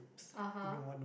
(uh huh)